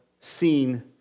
seen